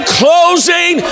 closing